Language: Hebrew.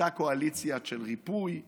אותה קואליציה של ריפוי ושינוי,